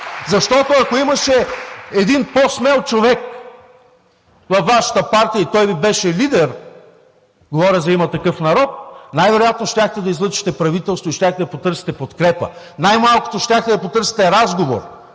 Защото, ако имаше един по-смел човек във Вашата партия и той Ви беше лидер, говоря за „Има такъв народ“, най-вероятно щяхте да излъчите правителство и щяхте да потърсите подкрепа. Най-малкото щяхте да потърсите разговор,